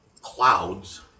clouds